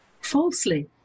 falsely